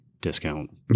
discount